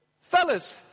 Fellas